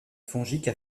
fongique